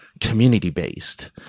community-based